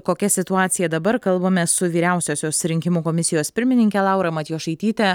kokia situacija dabar kalbamės su vyriausiosios rinkimų komisijos pirmininke laura matjošaityte